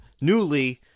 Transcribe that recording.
newly